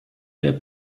der